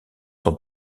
sont